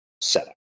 setup